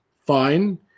Fine